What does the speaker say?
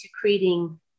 creating